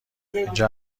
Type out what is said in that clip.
اینجا